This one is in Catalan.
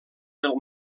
del